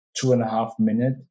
two-and-a-half-minute